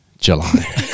July